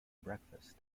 breakfast